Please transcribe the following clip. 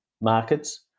markets